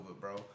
bro